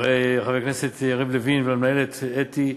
חבר הכנסת יריב לוין והמנהלת אתי,